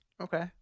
Okay